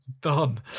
done